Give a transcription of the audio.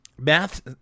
Math